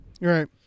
Right